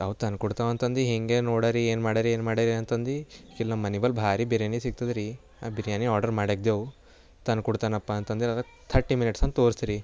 ಅವ ತಂದು ಕೊಡ್ತಾವಂತಂದು ಹೀಗೇ ನೋಡರಿ ಏನು ಮಾಡರಿ ಏನು ಮಾಡರಿ ಅಂತಂದು ಇಲ್ಲಿ ನಮ್ಮ ಮನಿಬಲಿ ಭಾರಿ ಬಿರ್ಯಾನಿ ಸಿಗ್ತದೆರಿ ಆ ಬಿರ್ಯಾನಿ ಆರ್ಡರ್ ಮಾಡ್ಯಾಕ್ದೆವು ತಂದು ಕೊಡ್ತಾನಪ್ಪ ಅಂತಂದರೆ ಅದಕ್ಕೆ ಥರ್ಟಿ ಮಿನಿಟ್ಸ್ ಅಂತ ತೋರ್ಸ್ತುರಿ